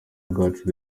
bwacu